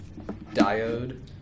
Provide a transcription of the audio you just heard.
Diode